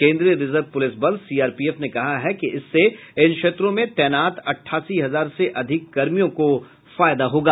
केन्द्रीय reserve police बल CRPF ने कहा है कि इससे इन क्षेत्रों में तैनात अठासी हजार से अधिक कर्मियों को फायदा होगा